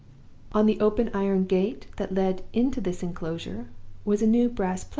on the open iron gate that led into this inclosure was a new brass plate,